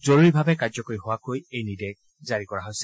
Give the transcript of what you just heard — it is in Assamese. জৰুৰীভাৱে কাৰ্যকৰী হোৱাকৈ এই নিৰ্দেশ জাৰি কৰা হৈছে